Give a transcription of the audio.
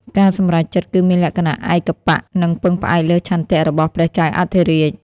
ការសម្រេចចិត្តគឺមានលក្ខណៈឯកបក្ស និងពឹងផ្អែកលើឆន្ទៈរបស់ព្រះចៅអធិរាជ។